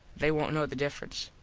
they wont know the difference.